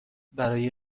برای